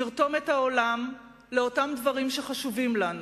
לרתום את העולם לדברים שחשובים לנו,